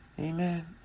Amen